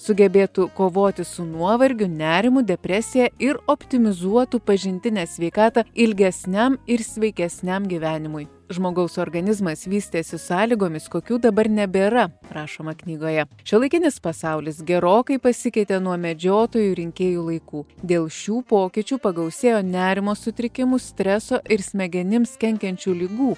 sugebėtų kovoti su nuovargiu nerimu depresija ir optimizuotų pažintinę sveikatą ilgesniam ir sveikesniam gyvenimui žmogaus organizmas vystėsi sąlygomis kokių dabar nebėra rašoma knygoje šiuolaikinis pasaulis gerokai pasikeitė nuo medžiotojų rinkėjų laikų dėl šių pokyčių pagausėjo nerimo sutrikimų streso ir smegenims kenkiančių ligų